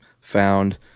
found